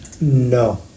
No